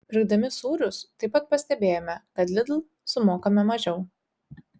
pirkdami sūrius taip pat pastebėjome kad lidl sumokame mažiau